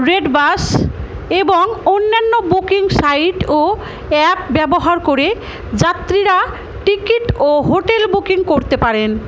Redbus এবং অন্যান্য booking site ও অ্যাপ ব্যবহার করে যাত্রীরা টিকিট ও হোটেল বুকিং করতে পারেন